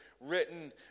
written